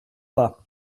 pas